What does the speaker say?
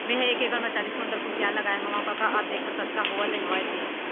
मेंहा एक एकड़ म चालीस कोंटल कुसियार लगाए हवव कका अब देखर कतका होवत हवय ते